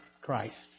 Christ